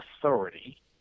authority